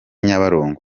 nyabarongo